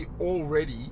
already